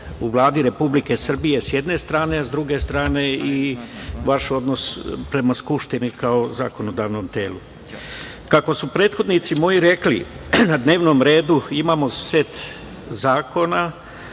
u Vladi Republike Srbije sa jedne strane, a sa druge strane i vaš odnos prema Skupštini kao zakonodavnom telu. Kako su prethodnici moji rekli, na dnevnom redu imamo set zakona